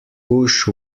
bush